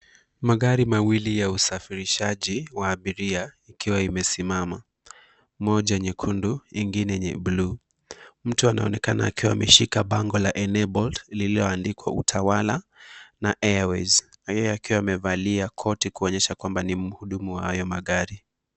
Magari mawili ya usafirishaji wa abiria ikiwa imesimama, moja nyekundu ngine ni buluu. Mtu anaonekana akiwa ameshika bango la enabeled lililoandikwa Utawala na Airways yeye akiwa amevalia koti kuonyesha kwamba ni mhudumu wa hayo magari.